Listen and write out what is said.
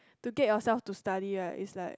to get yourself to study right is like